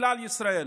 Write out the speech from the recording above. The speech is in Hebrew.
מכלל ישראל,